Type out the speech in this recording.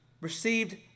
received